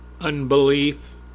unbelief